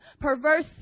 Perverse